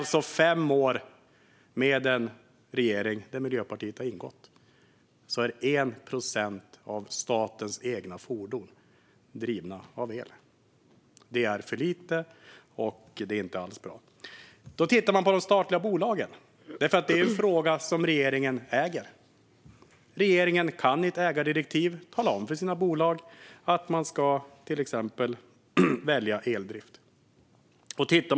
Efter fem år med en regering som Miljöpartiet har ingått i är det alltså 1 procent av statens egna fordon som är drivna av el. Det är för lite. Det är inte alls bra. Då kan man titta på de statliga bolagen. Det är ju en fråga som regeringen äger. Regeringen kan i ett ägardirektiv tala om för sina bolag att de ska välja eldrift, till exempel.